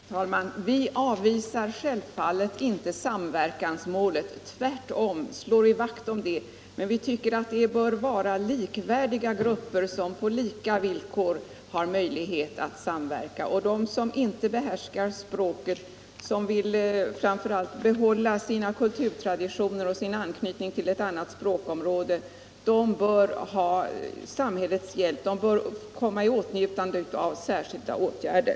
Herr talman! Vi avvisar självfallet inte samverkansmålet — tvärtom slår vi vakt om det. Men vi tycker att det bör vara likvärdiga grupper som på lika villkor har möjlighet att samverka. Och de som inte behärskar språket, som framför allt vill behålla sina kulturtraditioner och sin anknytning till ett annat språkområde, de bör ha samhällets hjälp, de bör komma i åtnjutande av särskilda åtgärder.